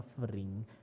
suffering